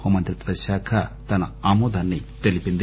హోంమంత్రిత్వశాఖ తన ఆమోదాన్ని తెలిపింది